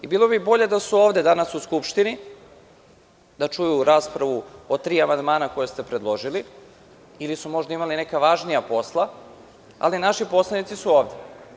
Bilo bi bolje da su danas u Skupštini, da čuju raspravu o tri amandmana koja ste predložili ili su možda imali neka važnija posla, ali naši poslanici su ovde.